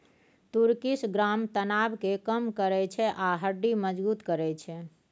तुर्किश ग्राम तनाब केँ कम करय छै आ हड्डी मजगुत करय छै